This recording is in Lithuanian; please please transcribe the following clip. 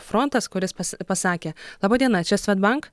frontas kuris pas pasakė laba diena čia svedbank